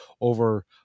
over